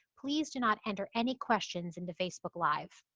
please do not enter any questions into facebook live.